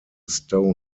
stone